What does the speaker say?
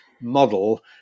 model